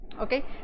okay